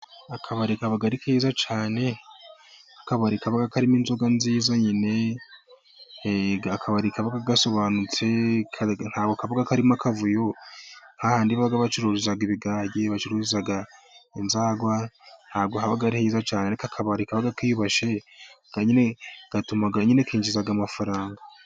Akabari kaba ari keza cyane kaba karimo inzoga nziza nyine kakaba gasobanutse katarimo akavuyo, hahandi bacururiza ibigagi ,inzagwa ntabwo haba ari heza cyane. Ariko akiyubashye nyine gatuma kinjiza amafaranga.